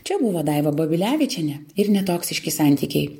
čia buvo daiva babilevičienė ir netoksiški santykiai